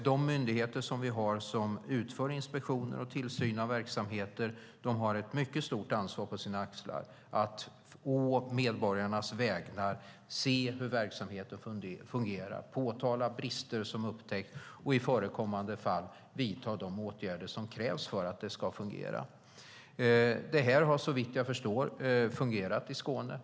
De myndigheter vi har för att utföra inspektion och tillsyn av verksamheter har ett mycket stort ansvar på sina axlar att å medborgarnas vägnar se hur verksamheterna fungerar, påtala brister som upptäcks och i förekommande fall vidta de åtgärder som krävs för att det ska fungera. Det har, såvitt jag förstår, fungerat i Skåne.